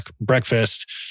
breakfast